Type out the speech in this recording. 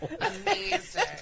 Amazing